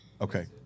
Okay